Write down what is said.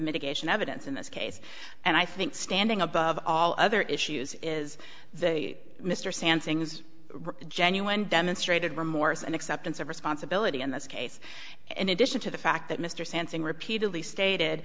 mitigation evidence in this case and i think standing above all other issues is that mr sansing is genuine demonstrated remorse and acceptance of responsibility in this case an addition to the fact that mr sanson repeatedly stated